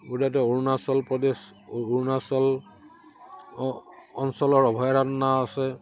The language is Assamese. গোটেটো অৰুণাচল প্ৰদেশ অৰুণাচল অ অঞ্চলৰ অভয়াৰণ্য আছে